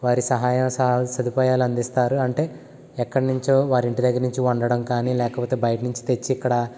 వారి సహాయం స సదుపాయాలు అందిస్తారు అంటే ఎక్కడి నుంచో వారి ఇంటి దగ్గర నుంచి వండడం కానీ లేకపోతే బయట నుంచి తెచ్చి ఇక్కడ